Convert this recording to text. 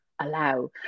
allow